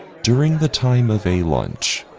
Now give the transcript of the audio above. during the time of a lunch,